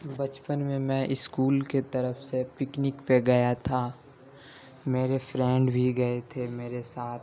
بچپن میں میں اسکول کے طرف سے پکنک پہ گیا تھا میرے فرینڈ بھی گئے تھے میرے ساتھ